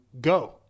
go